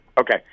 Okay